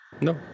No